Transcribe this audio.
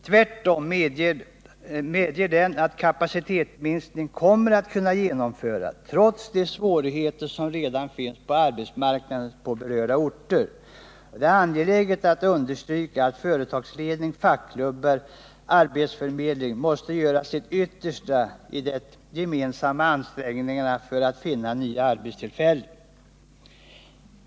Tvärtom medger den att kapacitetsminskningen kommer att kunna genomföras, trots de svårigheter som redan finns på arbetsmarknaden på berörda orter. Det är angeläget att understryka att företagsledning, fackklubbar och arbetsförmedling måste göra sitt yttersta i de gemensamma ansträngningarna för att finna nya arbetstillfällen.